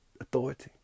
authority